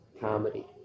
comedy